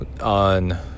on